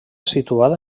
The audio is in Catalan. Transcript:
situada